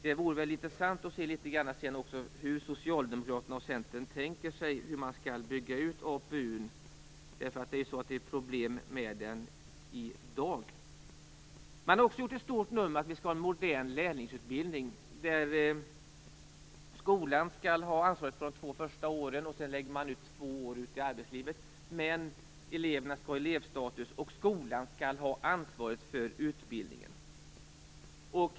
Det vore intressant att höra hur Socialdemokraterna och Centern tänker sig att APU skall byggas ut. Det är ju problem med det i dag. Man har också gjort ett stort nummer av att vi skall ha en modern lärlingsutbildning, där skolan har ansvaret för de två första åren och det sedan läggs ut två år i arbetslivet. Men eleverna skall ha elevstatus, och skolan skall ha ansvaret för utbildningen.